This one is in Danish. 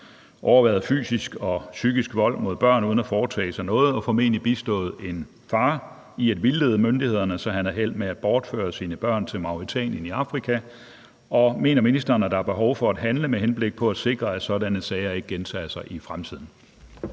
overværet fysisk og psykisk vold mod børn uden at foretage sig noget og formodentlig bistået en far i at vildlede myndighederne, så han havde held med at bortføre sine børn til Mauretanien i Afrika, og mener ministeren, at der er behov for at handle med henblik på at sikre, at sådanne sager ikke gentager sig i fremtiden?